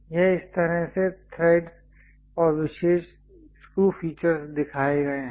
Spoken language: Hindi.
यह इस तरह से थ्रेड्स और विशेष स्क्रू फीचरस् दिखाए गए हैं